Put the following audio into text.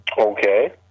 Okay